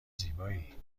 زیبایی